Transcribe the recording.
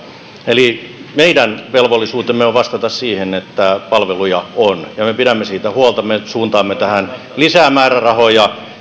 eli meidän velvollisuutemme on vastata siihen että palveluja on ja me pidämme siitä huolta me suuntaamme tähän lisää määrärahoja